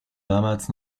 damals